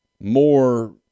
more